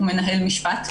הוא מנהל משפט,